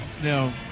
no